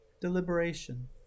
deliberation